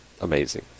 amazing